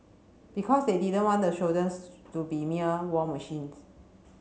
because they didn't want the shoulders to be mere war machines